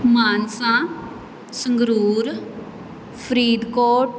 Mansa Sangrur Faridkot